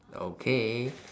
okay